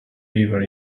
river